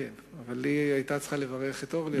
כן, אבל היא היתה צריכה לברך את אורלי.